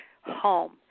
home